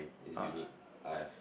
it's unique I have